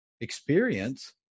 experience